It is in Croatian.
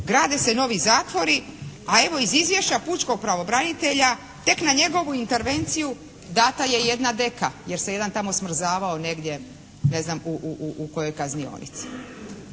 Grade se novi zatvori, a evo iz izvješća pučkog pravobranitelja tek na njegovu intervenciju dana je jedna deka jer se jedan tamo smrzavao negdje ne znam u kojoj kaznionici.